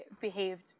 behaved